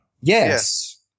Yes